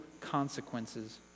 consequences